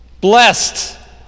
blessed